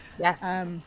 Yes